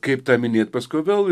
kaip tą minėt paskui vėl